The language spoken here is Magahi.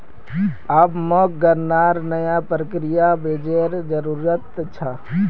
अब मोक गन्नार नया प्रकारेर बीजेर जरूरत छ